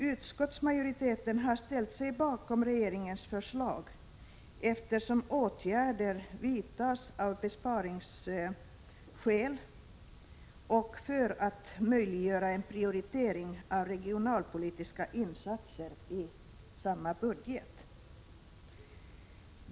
Utskottsmajoriteten har ställt sig bakom regeringens förslag, eftersom åtgärden vidtas av besparingsskäl och för att möjliggöra en prioritering av regionalpolitiska insatser i samma budget.